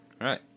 Right